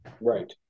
Right